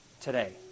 today